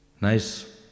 Nice